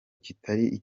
kitari